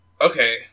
Okay